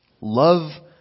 Love